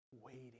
waiting